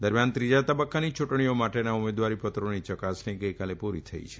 દરમિયાન ત્રીજા તબકકાની ચુંટણીઓ માટેના ઉમેદવારી પત્રોની ચકાસણી ગઇકાલે પુરી થઇ છે